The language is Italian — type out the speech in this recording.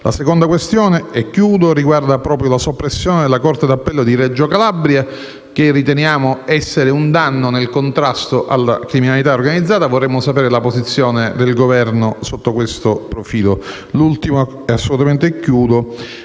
La seconda questione riguarda proprio la soppressione della corte d'appello di Reggio Calabria, che riteniamo essere un danno nel contrasto alla criminalità organizzata. Vorremmo conoscere la posizione del Governo sotto questo profilo. Da ultimo, per quanto